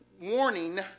warning